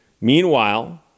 Meanwhile